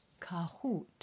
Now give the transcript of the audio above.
Kahoot